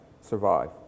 survive